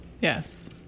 Yes